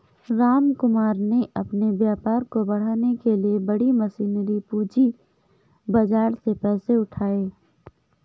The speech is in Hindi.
रामकुमार ने अपने व्यापार को बढ़ाने के लिए बड़ी मशीनरी पूंजी बाजार से पैसे उठाए